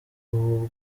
ubu